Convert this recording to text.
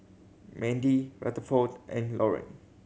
Mandie Rutherford and Laurine